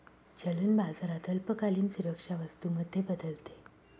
चलन बाजारात अल्पकालीन सुरक्षा वस्तू मध्ये बदलते